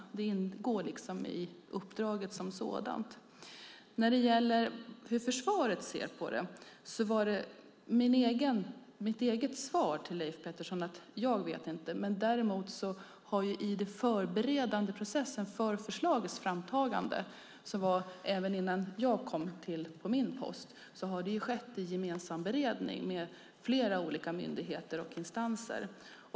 Det ingår i uppdraget som sådant. När det gäller hur försvaret ser på det här var mitt svar till Leif Pettersson att jag inte vet. Men i den förberedande processen inför förslagets framtagande, även innan jag kom på min post, skedde en gemensam beredning med flera olika myndigheter och instanser.